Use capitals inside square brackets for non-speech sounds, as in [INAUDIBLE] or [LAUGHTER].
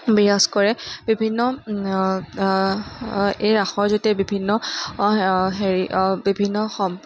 বিৰাজ কৰে বিভিন্ন এই ৰাসৰ [UNINTELLIGIBLE] বিভিন্ন হেৰি বিভিন্ন [UNINTELLIGIBLE]